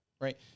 Right